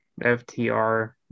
FTR